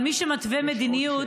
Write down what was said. אבל מי שמתווה מדיניות